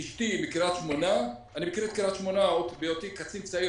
אשתי מקריית שמונה ואני מכיר את קריית שמונה עוד בהיותי קצין צעיר